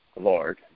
Lord